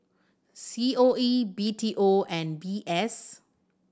C O A B T O and V S